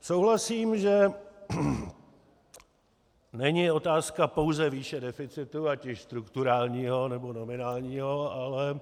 Souhlasím, že není pouze otázka výše deficitu, ať už strukturálního, nebo nominálního, ale